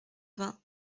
vingt